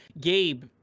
Gabe